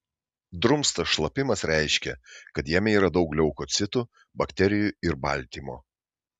drumstas šlapimas reiškia kad jame yra daug leukocitų bakterijų ir baltymo